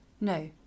No